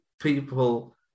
people